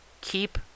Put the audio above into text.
keep